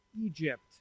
Egypt